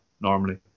normally